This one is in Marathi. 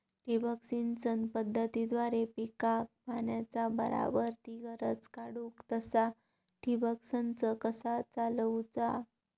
ठिबक सिंचन पद्धतीद्वारे पिकाक पाण्याचा बराबर ती गरज काडूक तसा ठिबक संच कसा चालवुचा?